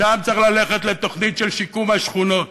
שם צריך ללכת לתוכנית של שיקום השכונות.